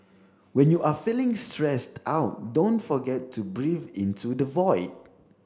when you are feeling stressed out don't forget to breathe into the void